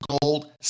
gold